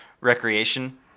recreation